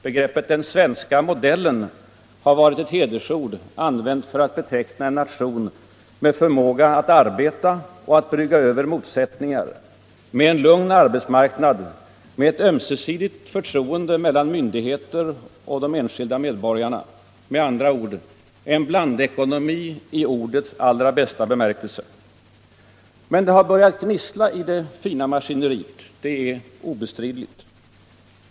Begreppet ”den svenska modellen” har varit Allmänpolitisk debatt 1 Allmänpolitisk debatt ett hedersord, använt för att beteckna en nation med förmåga att arbeta och att brygga över motsättningar, med en lugn arbetsmarknad och med ett ömsesidigt förtroende mellan myndigheter och enskilda medborgare, med andra ord: en blandekonomi i ordets allra bästa bemärkelse. Men det har börjat gnissla i det fina maskineriet. Detta är obestridligt.